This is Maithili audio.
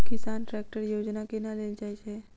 किसान ट्रैकटर योजना केना लेल जाय छै?